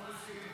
אנחנו מסירים.